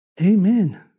Amen